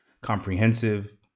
comprehensive